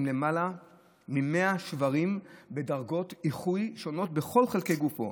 עם למעלה מ-100 שברים בדרגות איחוי שונות בכל חלקי גופו,